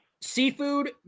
Seafood